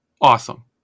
Awesome